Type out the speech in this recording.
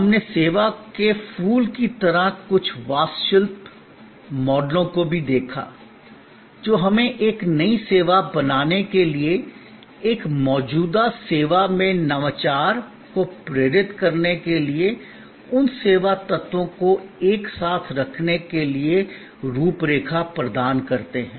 हमने सेवा के फूल की तरह कुछ वास्तुशिल्प मॉडलों को भी देखा जो हमें एक नई सेवा बनाने के लिए एक मौजूदा सेवा में नवाचार को प्रेरित करने के लिए उन सेवा तत्वों को एक साथ रखने के लिए रूपरेखा प्रदान करते हैं